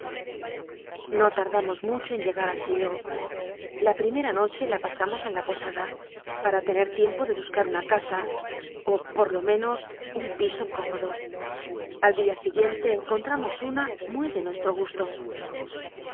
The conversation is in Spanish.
no tardamos mucho en llegar a chaillot la pri mera noche la pasamos en la posada para tener tiempo de buscar una casa o por lo menos un piso cómodo al día siguiente encontramos una muy de nuestro gusto